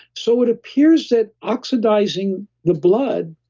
so, it appears that oxidizing the blood